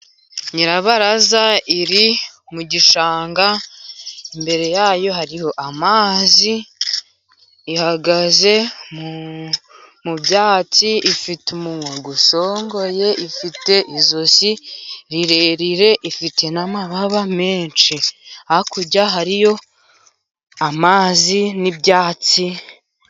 Nyirabaraza iri mu gishanga, imbere yayo hariho amazi, ihagaze mu byatsi, ifite umunwa usongoye, ifite ijosi rirerire, ifite n'amababa menshi. Hakurya hariyo amazi n'ibyatsi,..